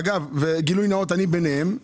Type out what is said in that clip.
אגב, גילוי נאות, אני ביניהם.